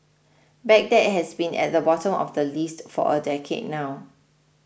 Baghdad has been at the bottom of the list for a decade now